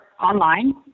online